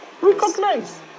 recognize